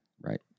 Right